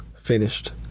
finished